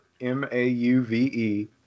m-a-u-v-e